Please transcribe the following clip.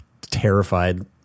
terrified